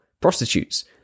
prostitutes